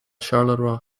charleroi